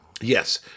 Yes